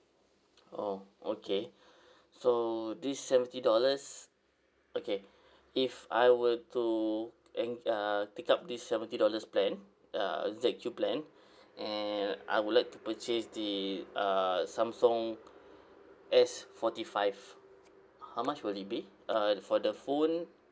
oh okay so this seventy dollars okay if I were to en~ uh take up this seventy dollars plan uh Z_Q plan and I would like to purchase the uh samsung S forty five how much will it be uh for the phone